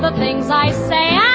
but things i say,